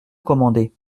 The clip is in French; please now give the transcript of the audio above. commander